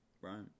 Right